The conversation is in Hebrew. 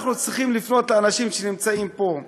אנחנו צריכים לפנות לאנשים שנמצאים פה.